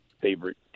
favorite